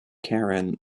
karen